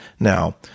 Now